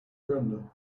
brenda